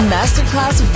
Masterclass